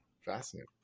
Fascinating